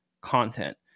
content